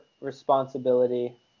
responsibility